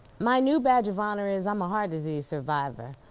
my new badge of honor is i'm a heart disease survivor.